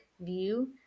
view